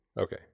Okay